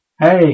hey